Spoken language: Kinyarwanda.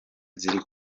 ziri